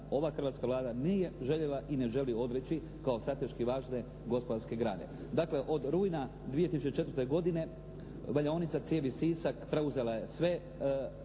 ova hrvatska Vlada nije željela i ne želi odreći kao strateški važne gospodarske grane. Dakle, od rujna 2004. godine valjaonica cijevi "Sisak" preuzela je sve